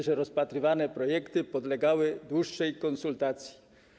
Rzadko rozpatrywane projekty podlegają dłuższej konsultacji.